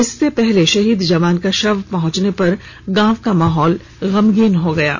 इससे पहले शहीद जवान का शव पहंचने पर गांव का माहौल गमगीन हो गया था